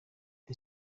the